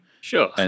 Sure